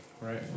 right